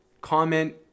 comment